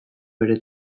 bere